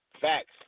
Facts